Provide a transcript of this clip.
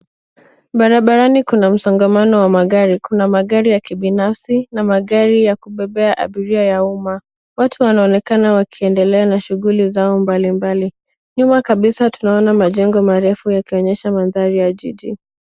Barabarani kuna msongamano wa magari. Kuna magari ya kibinafsi na magari ya kubebea abiria ya umma. Watu wanaonekana wakiendelea na shughuli zao mbalimbali. Nyuma kabisa tunaona majengo marefu yakionyesha mandhari ya jiji.